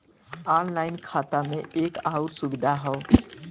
online खाता में एक आउर सुविधा हौ